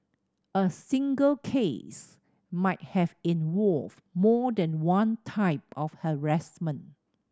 a single case might have involved more than one type of harassment